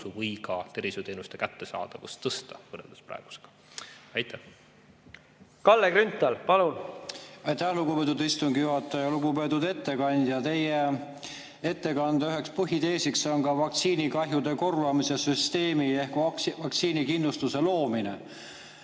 või ka tervishoiuteenuste kättesaadavust tõsta võrreldes praegusega. Kalle Grünthal, palun! Aitäh, lugupeetud istungi juhataja! Lugupeetud ettekandja! Teie ettekande üheks põhiteesiks on ka vaktsiinikahjude korvamise süsteemi ehk vaktsiinikindlustuse loomine.